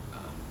ah